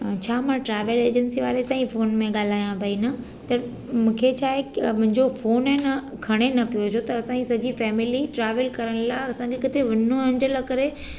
छा मां travel agency वारे सां ई फ़ोन में ॻाल्हिया पेई न त मूंखे छाहे की मुंहिंजो फ़ोन आहे न खणे न पियो छो त असांजी सॼी फ़ैमिली ट्रावेल करण लाइ असांखे किथे वञिणो आहे इनजे लाइ करे